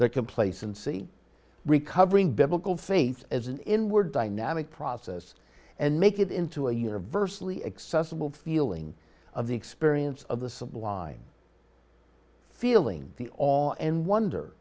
their complacency recovering biblical faith as an inward dynamic process and make it into a universally accessible feeling of the experience of the sublime feeling the all and wonder